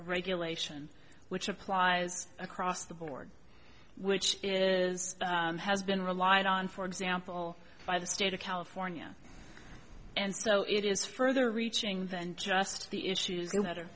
regulation which applies across the board which is has been relied on for example by the state of california and so it is further reaching than just the issues that